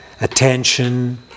attention